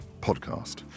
Podcast